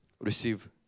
receive